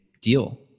deal